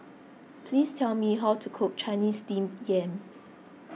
please tell me how to cook Chinese Steamed Yam